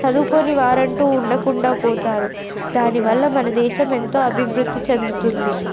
చదువుకొనే వారంటూ ఉండకుండా పోతారు దాని వల్ల మన దేశం ఎంతో అభివృద్ధి చెందుతుంది